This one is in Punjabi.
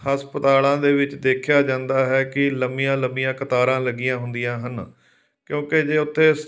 ਹਸਪਤਾਲਾਂ ਦੇ ਵਿੱਚ ਦੇਖਿਆ ਜਾਂਦਾ ਹੈ ਕਿ ਲੰਬੀਆਂ ਲੰਬੀਆਂ ਕਤਾਰਾਂ ਲੱਗੀਆਂ ਹੁੰਦੀਆਂ ਹਨ ਕਿਉਂਕਿ ਜੇ ਉੱਥੇ